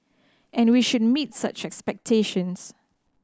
and we should meet such expectations